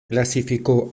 clasificó